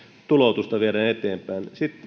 tuloutusta viedään eteenpäin